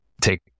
take